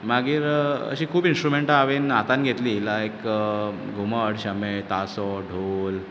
मागीर अशीं खूब इन्स्ट्रुमॅण्टां हांवेन हातांत घेतलीं लायक घुमट शामेळ तासो ढोल